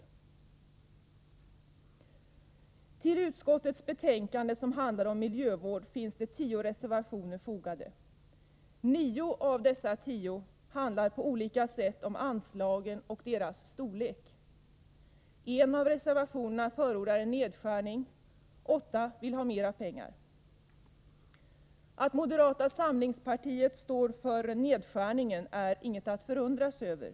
Till den del av utskottets betänkande som handlar om miljövård finns det tio reservationer. Nio av dessa tio handlar på olika sätt om anslagen och deras storlek. En av reservationerna förordar en nedskärning, åtta vill ha mera pengar. Att moderata samlingspartiet står för nedskärningen är inget att förundras över.